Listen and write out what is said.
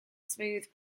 smooth